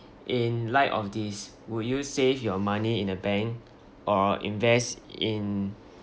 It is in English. in light of these would you save your money in a bank or invest in